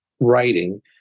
writing